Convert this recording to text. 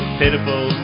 pitiful